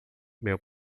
meu